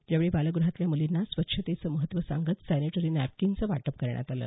यावेळी बालग्रहातल्या मुलींना स्वच्छतेचं महत्त्व सांगत सॅनेटरी नॅपकिनचं वाटप करण्यात आलं